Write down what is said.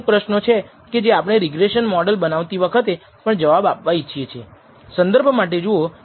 જો આપણે આ પ્રયોગનું પુનરાવર્તન કરવું હોય તો n માપનના બીજા નમૂનાઓ એકત્રિત કરીશું અને લિસ્ટ સ્કવેર પદ્ધતિ લાગુ કરીએ તો આપણને β0 નો બીજો અંદાજ મળશે